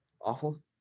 Awful